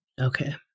Okay